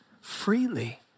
freely